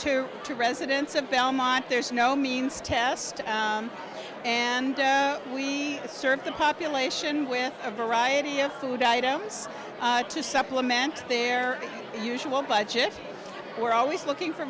to two residents of belmont there's no means test and we serve the population with a variety of food items to supplement their usual budget we're always looking for